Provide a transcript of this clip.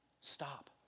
Stop